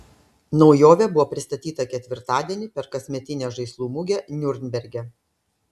naujovė buvo pristatyta ketvirtadienį per kasmetinę žaislų mugę niurnberge